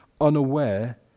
unaware